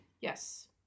yes